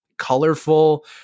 colorful